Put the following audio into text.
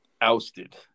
ousted